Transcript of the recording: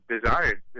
desired